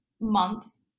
months